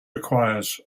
requires